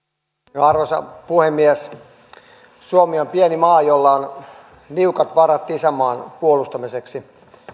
arvoisa puhemies suomi on pieni maa jolla on niukat varat isänmaan puolustamiseksi